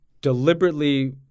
deliberately